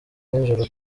nijoro